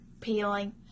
peeling